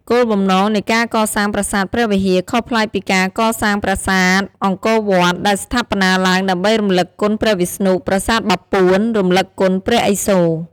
គោលបំណងនៃការកសាងប្រាសាទព្រះវិហារខុសប្លែកពីការកសាងប្រាសាទអង្គរវត្ត ដែលស្ថាបនាឡើងដើម្បីរំឭកគុណព្រះវិស្ណុ ប្រាសាទបាពួន រំឭកគុណព្រះឥសូរ ។